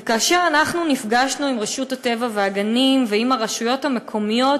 וכאשר נפגשנו עם רשות הטבע והגנים ועם הרשויות המקומיות